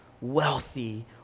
wealthy